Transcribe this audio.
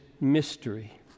mystery